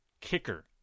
kicker